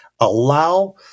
allow